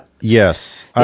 yes